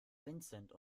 vincent